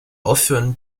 aufhören